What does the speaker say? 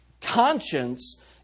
conscience